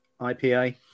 IPA